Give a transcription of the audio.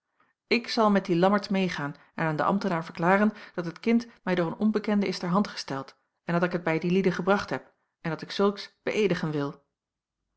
ik zal met dien lammertsz jacob van gaan en aan den ambtenaar verklaren dat het kind mij door een onbekende is ter hand gesteld dat ik het bij die lieden gebracht heb en dat ik zulks beëedigen wil